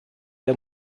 der